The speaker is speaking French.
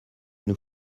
nous